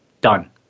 done